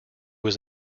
was